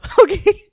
okay